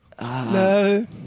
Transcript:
No